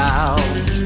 out